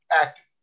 active